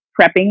prepping